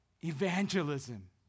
evangelism